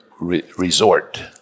resort